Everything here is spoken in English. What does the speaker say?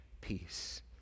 peace